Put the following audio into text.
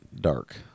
dark